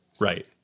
Right